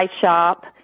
shop